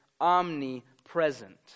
omnipresent